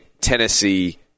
Tennessee